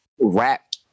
rap